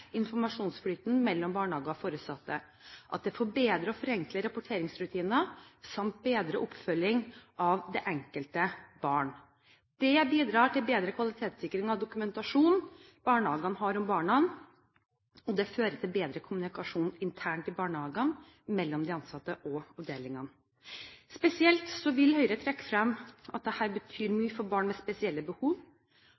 informasjonsflyten mellom barnehage og foresatte, at de forbedrer og forenkler rapporteringsrutiner samt bedrer oppfølgingen av det enkelte barn. Det bidrar til bedre kvalitetssikring av dokumentasjonen barnehagen har om barna, og det fører til bedre kommunikasjon internt i barnehagene mellom de ansatte og avdelingene. Spesielt vil Høyre trekke frem at dette betyr